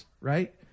right